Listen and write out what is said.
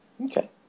okay